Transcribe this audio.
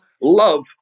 love